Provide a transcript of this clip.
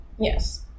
Yes